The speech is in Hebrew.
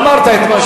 אדוני,